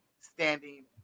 standing